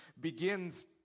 begins